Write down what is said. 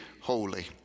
holy